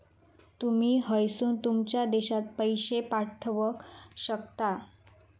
तुमी हयसून तुमच्या देशात पैशे पाठवक शकता